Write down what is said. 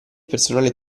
personale